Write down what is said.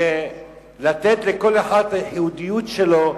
לתת לכל אחד את הייחודיות שלו,